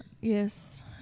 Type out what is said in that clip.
Yes